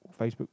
Facebook